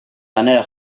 lanera